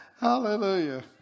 Hallelujah